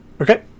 Okay